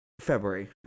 February